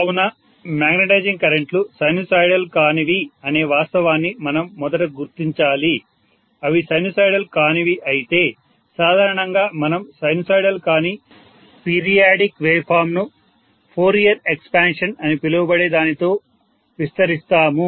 కావున magnetising current లు sinusoidal కానివి అనే వాస్తవాన్ని మనం మొదట గుర్తించాలి అవి సైనుసోయిడల్ కానివి అయితే సాధారణంగా మనం సైనుసోయిడల్ కాని పీరియాడిక్ వేవ్ ఫామ్ ను ఫోరియర్ ఎక్స్పాన్షన్ అని పిలువబడే దానితో విస్తరిస్తాము